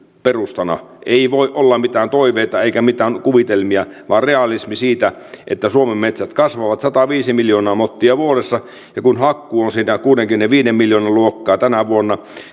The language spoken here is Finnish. perustana ei voi olla mitään toiveita eikä mitään kuvitelmia vaan realismi siitä että suomen metsät kasvavat sataviisi miljoonaa mottia vuodessa ja kun hakkuu on sitä kuudenkymmenenviiden miljoonan luokkaa tänä vuonna